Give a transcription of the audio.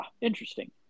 interesting